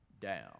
down